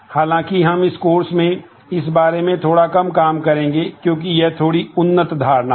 हालांकि हम इस कोर्स में इस बारे में थोड़ा कम काम करेंगे क्योंकि यह थोड़ी उन्नत धारणा है